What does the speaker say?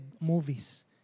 movies